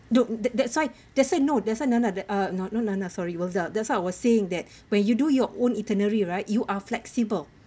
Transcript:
no that that's why that's why no that's why nana that uh no not nana sorry wilda that's why I was saying that when you do your own itinerary right you are flexible